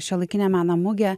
šiuolaikinio meno mugė